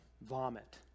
vomit